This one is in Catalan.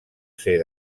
ser